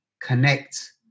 connect